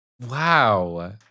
Wow